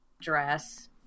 dress